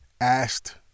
asked